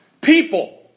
people